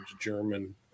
German